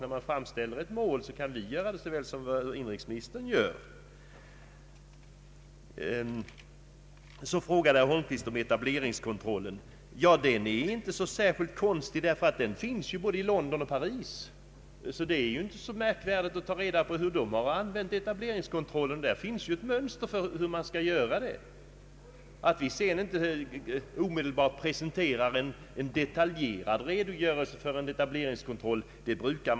När man framställer ett mål, så kan ju vi göra det lika väl som inrikesministern. Herr Holmqvist frågade om etableringskontrollen. Den är inte så egendomlig, ty den finns ju både i London och Paris. Det är inte så svårt att ta reda på hur man där har använt etableringskontrollen. Där finns ett mönster för hur man kan göra det. Att vi inte genast presenterar en detaljerad redogörelse för en etableringskontroll är naturligt.